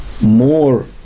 more